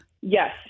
Yes